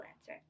answer